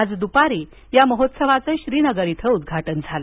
आज द्पारी या महोत्सवाचं श्रीनगर इथं उद्घाटन झालं